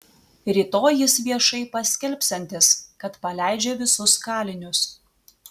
rytoj jis viešai paskelbsiantis kad paleidžia visus kalinius